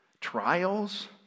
trials